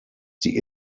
sie